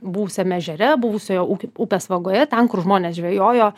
buvusiame ežere buvusioje uk upės vagoje ten kur žmonės žvejojo